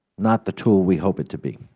not the tool we hope it to be.